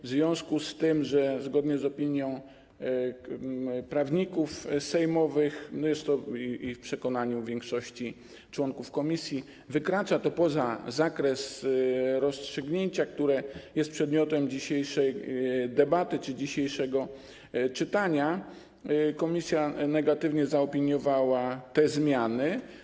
W związku z tym, że zgodnie z opinią prawników sejmowych, zresztą jest tak też w przekonaniu większości członków komisji, wykracza to poza zakres rozstrzygnięcia, które jest przedmiotem dzisiejszej debaty czy dzisiejszego czytania, komisja negatywnie zaopiniowała te zmiany.